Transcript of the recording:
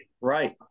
Right